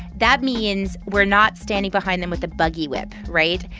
that means we're not standing behind them with a buggy whip, right?